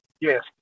Yes